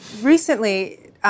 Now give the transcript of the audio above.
recently